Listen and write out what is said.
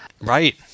Right